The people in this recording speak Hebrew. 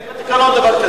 אין בתקנון דבר כזה.